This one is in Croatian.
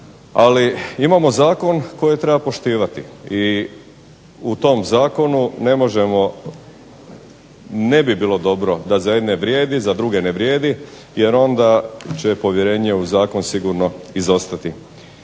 ali imamo zakon koji treba poštivati i u tom zakonu ne možemo, ne bi bilo dobro da za jedne vrijedi, za druge ne vrijedi jer onda će povjerenje u zakon sigurno izostati.